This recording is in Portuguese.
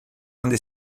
onde